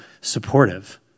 supportive